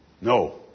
no